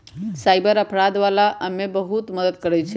cyber अपराध वाला एमे बहुते मदद करई छई